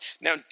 Now